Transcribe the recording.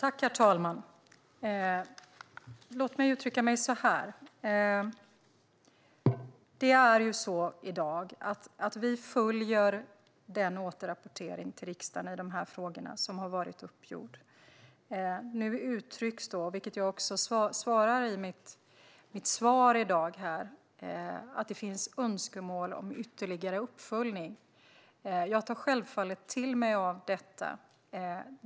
Herr talman! Regeringen följer den beslutade ordningen för återrapportering till riksdagen. Nu uttrycks, vilket jag svarar på i mitt svar här i dag, att det finns önskemål om ytterligare uppföljning. Jag tar självfallet till mig av detta.